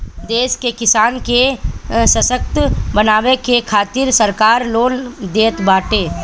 देश के किसान के ससक्त बनावे के खातिरा सरकार लोन देताटे